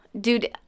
dude